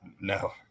no